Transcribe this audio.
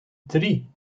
drie